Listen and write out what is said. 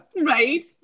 Right